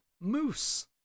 Moose